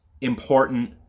important